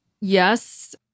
yes